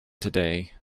today